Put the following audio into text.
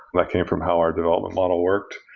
that came from how our development model worked,